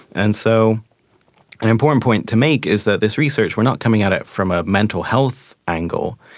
and so an important point to make is that this research, we're not coming at it from a mental health angle,